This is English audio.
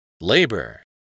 Labor